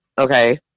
Okay